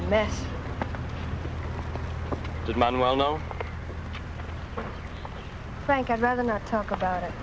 man well no frank i'd rather not talk about it